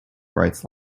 rights